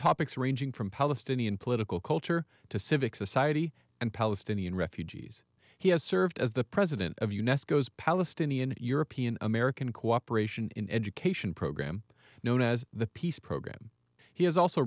topics ranging from palestinian political culture to civic society and palestinian refugees he has served as the president of u next goes palestinian european american cooperation in education program known as the peace program he has also